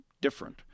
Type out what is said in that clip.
different